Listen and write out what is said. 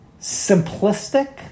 simplistic